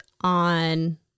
on